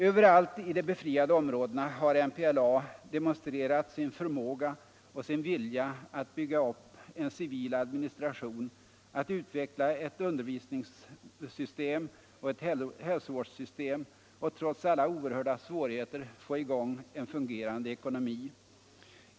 Överallt i de befriade områdena har MPLA demonstrerat sin förmåga och vilja att bygga upp en civil administration, att utveckla ett under visningssystem och ett hälsovårdssystem och att, trots alla oerhörda svårigheter, få i gång en fungerande ekonomi.